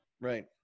Right